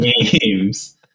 games